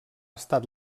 estat